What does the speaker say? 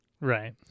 right